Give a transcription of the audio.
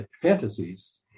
fantasies